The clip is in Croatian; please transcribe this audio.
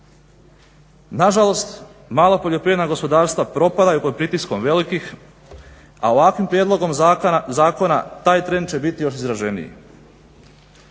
Na žalost, mala poljoprivredna gospodarstva propadaju pod pritiskom velikih, a ovakvim prijedlogom zakona taj trend će biti još izraženiji.